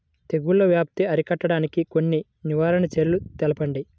తెగుళ్ల వ్యాప్తి అరికట్టడానికి కొన్ని నివారణ చర్యలు తెలుపండి?